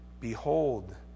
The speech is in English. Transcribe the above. Behold